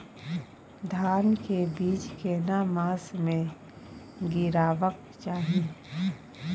धान के बीज केना मास में गीराबक चाही?